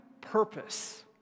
purpose